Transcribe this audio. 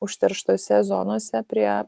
užterštose zonose prie